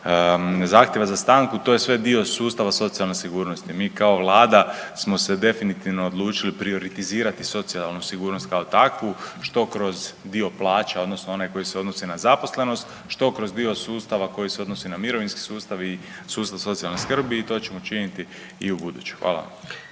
zahtjeva za stanku, to je sve dio sustava socijalne sigurnosti. Mi kao Vlada smo se definitivno odlučili prioritizirati socijalnu sigurnost kao takvu, što kroz dio plaća, odnosno onaj koji se odnosi na zaposlenost, što kroz dio sustava koji se odnosi na mirovinski sustav i sustav socijalne skrbi i to ćemo učiniti i ubuduće. Hvala vam.